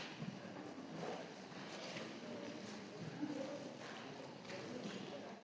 Hvala